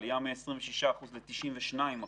עלייה מ-26% ל-92%.